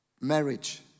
Marriage